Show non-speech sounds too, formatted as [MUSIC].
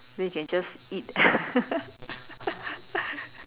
then you can just eat [LAUGHS]